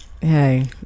Hey